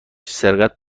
سرقت